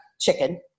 chicken